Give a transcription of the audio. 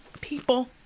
people